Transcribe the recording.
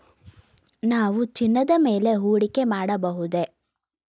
ನಾವು ಚಿನ್ನದ ಮೇಲೆ ಹೂಡಿಕೆ ಮಾಡಬಹುದೇ?